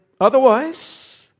otherwise